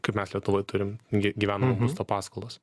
kaip mes lietuvoj turim gy gyvenamo būsto paskolas